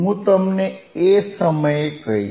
હું તમને એ સમયે કહીશ